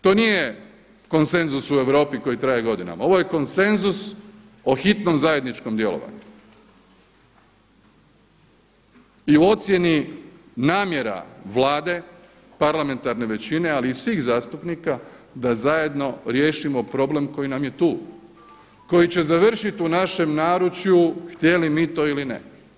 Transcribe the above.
To nije konsenzus u Europi koji traje godinama, ovo je konsenzus o hitnom zajedničkom djelovanju i u ocjeni namjera Vlade parlamentarne većine ali i svih zastupnika da zajedno riješimo problem koji nam je tu, koji će završit u našem naručju htjeli mi to ili ne.